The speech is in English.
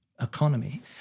economy